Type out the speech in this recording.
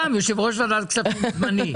גם אני יושב-ראש ועדת כספים זמני.